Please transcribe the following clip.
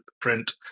print